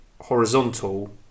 horizontal